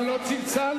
אבל לא היה צלצול.